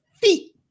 feet